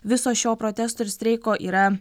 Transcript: viso šio protesto ir streiko yra